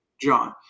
John